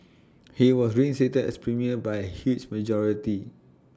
he was reinstated as premier by A huge majority